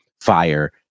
fire